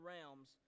realms